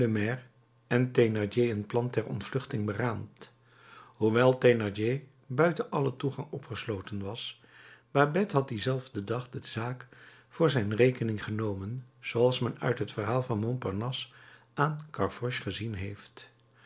en thénardier een plan ter ontvluchting beraamd hoewel thénardier buiten allen toegang opgesloten was babet had dienzelfden dag de zaak voor zijn rekening genomen zooals men uit het verhaal van montparnasse aan gavroche gezien heeft